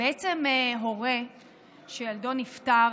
בעצם הורה שילדו נפטר,